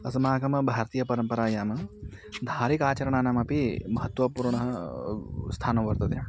अस्माकं भारतीयपरम्परायां धार्मिकाचरणानामपि महत्वपूर्णं स्थानं वर्तते